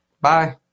Bye